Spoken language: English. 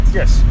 yes